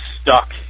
stuck